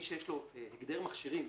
שיש לו הגדר מכשירים,